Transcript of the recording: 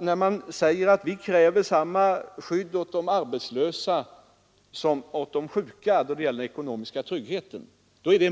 när man säger sig kräva samma skydd åt de arbetslösa som åt de sjuka när det gäller ekonomisk trygghet.